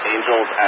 Angels